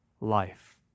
life